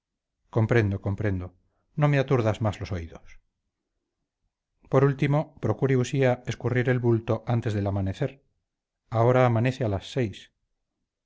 comprendo comprendo no me aturdas más los oídos por último procure usía escurrir el bulto antes del amanecer ahora amanece a las seis